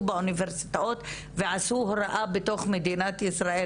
באוניברסיטאות ועשו הוראה בתוך מדינת ישראל,